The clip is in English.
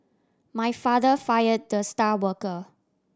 my father fire the star worker